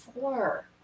four